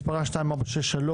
התשפ"ב-2021 (פ/2463/24),